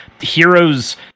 Heroes